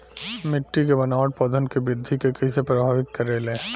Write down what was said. मिट्टी के बनावट पौधन के वृद्धि के कइसे प्रभावित करे ले?